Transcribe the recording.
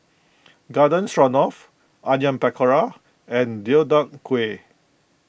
Garden Stroganoff Onion Pakora and Deodeok Gui